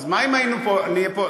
אז מה אם היינו, נהיה פה.